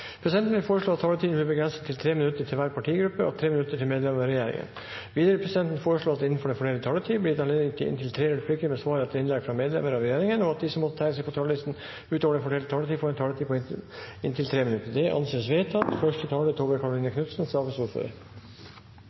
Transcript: Presidenten vil foreslå at taletiden blir begrenset til 3 minutter til hver partigruppe og 3 minutter til medlemmer av regjeringen. Videre vil presidenten foreslå at det innenfor den fordelte taletid blir gitt anledning til inntil tre replikker med svar etter innlegg fra medlemmer av regjeringen, og at de som måtte tegne seg på talerlisten utover den fordelte taletid, får en taletid på inntil 3 minutter. – Det anses vedtatt. Det er